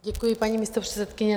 Děkuji, paní místopředsedkyně.